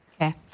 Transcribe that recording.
Okay